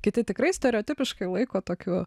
kiti tikrai stereotipiškai laiko tokiu